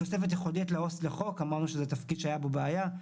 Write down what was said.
תוספת ייחודית לעו"ס לחוק אמרנו שזה תפקיד שהייתה פה בעיה,